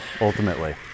ultimately